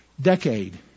decade